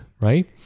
right